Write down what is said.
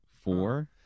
Four